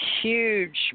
huge